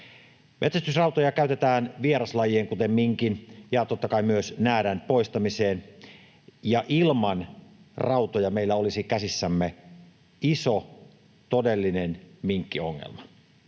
Metsästysrautoja käytetään vieraslajien, kuten minkin ja totta kai myös näädän, poistamiseen, ja ilman rautoja meillä olisi käsissämme iso todellinen minkkiongelma.